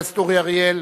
חבר הכנסת אורי אריאל.